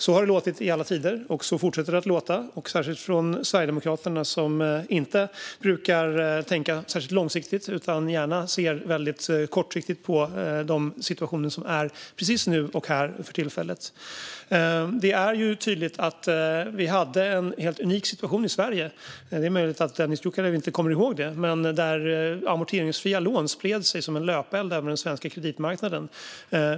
Så har det låtit i alla tider, och så fortsätter det att låta särskilt från Sverigedemokraterna som inte brukar tänka särskilt långsiktigt utan gärna ser väldigt kortsiktigt på de situationer som är precis här och nu för tillfället. Det är tydligt att vi hade en helt unik situation i Sverige. Det är möjligt att Dennis Dioukarev inte kommer ihåg det. Men amorteringsfria lån spred sig då som en löpeld över den svenska kreditmarknaden.